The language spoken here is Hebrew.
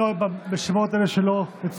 נא לקרוא בשמות חברי הכנסת שלא הצביעו,